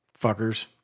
Fuckers